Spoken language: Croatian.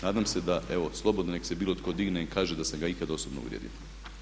Nadam se da evo slobodno neka se bilo tko digne i kaže da sam ga ikada osobno uvrijedio.